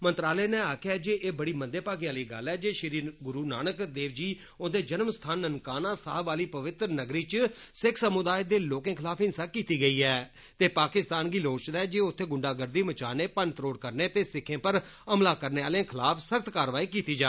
मंत्रालय नै आक्खेआ ऐ जे एह् बड़ी मंदे भागें आली गल्ल ऐ जे श्री गुरूनानक देव जी हुन्दे जन्म स्थान ननकाना साहेब आली पवित्र नगरी च सिक्ख समुदाय दे लोकें खलाफ हिंसा कीती गेई ऐ ते पाकिस्तान गी लोड़चदा ऐ जे उत्थे गुंडागर्दी मचाने मन्न त्रोड़ करने ते सिक्खें पर हमला करने आलें खलाफ सख्त कारवाई कीती जा